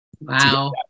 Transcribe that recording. Wow